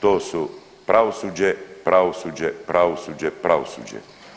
to su pravosuđe, pravosuđe, pravosuđe, pravosuđe.